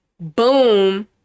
boom